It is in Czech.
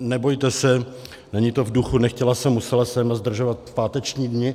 Nebojte se, není to v duchu nechtěla jsem, musela jsem zdržovat v páteční dny.